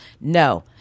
no